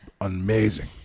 amazing